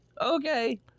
Okay